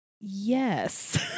yes